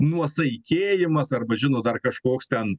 nuosaikėjimas arba žinot dar kažkoks ten